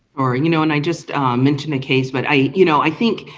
or, and you know and i just mentioned a case, but i you know, i think